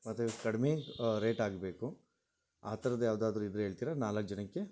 ಮತ್ತು ಕಡಿಮೆ ರೇಟ್ ಆಗಬೇಕು ಆ ಥರದ್ ಯಾವುದಾದ್ರು ಇದ್ರೆ ಹೇಳ್ತಿರಾ ನಾಲ್ಕು ಜನಕ್ಕೆ